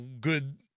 good